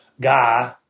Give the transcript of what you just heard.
guy